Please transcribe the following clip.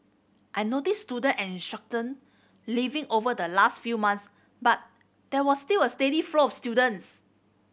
I noticed student and leaving over the last few months but there was still a steady flow of students